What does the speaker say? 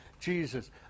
Jesus